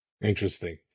Interesting